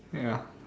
ya